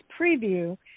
preview